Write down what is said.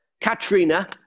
Katrina